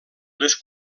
les